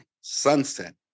Sunset